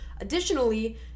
Additionally